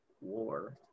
war